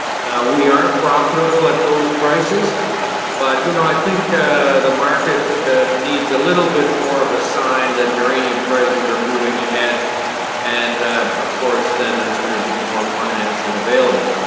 now we are profitable at those prices but you know i think the market needs a little bit more of a sign that uranium prices are moving ahead and of course then there's going to be more financing available.